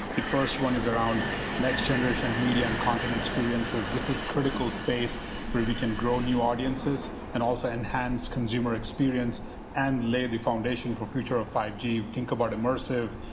the first one is around next generation media and content experience. this is critical space where we can grow new audiences and also enhance consumer experience and lay the foundation for future of five g. think about immersive.